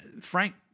Frank